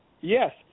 Yes